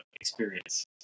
experience